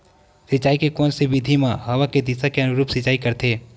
सिंचाई के कोन से विधि म हवा के दिशा के अनुरूप सिंचाई करथे?